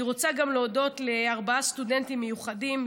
אני רוצה גם להודות לארבעה סטודנטים מיוחדים,